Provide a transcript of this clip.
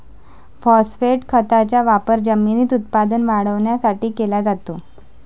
phosphate खताचा वापर जमिनीत उत्पादन वाढवण्यासाठी केला जातो